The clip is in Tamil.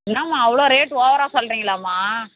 என்னாம்மா அவ்வளோ ரேட்டு ஓவராக சொல்லுறிங்களமா